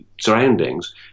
surroundings